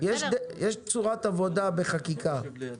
אני לא